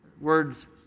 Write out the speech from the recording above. words